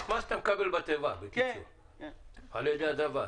מה שאתה מקבל בתיבה על ידי הדוור.